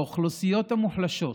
באוכלוסיות המוחלשות,